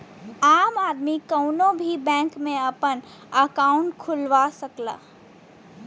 आम आदमी कउनो भी बैंक में आपन अंकाउट खुलवा सकला